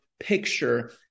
picture